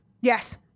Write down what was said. Yes